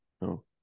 no